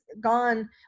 gone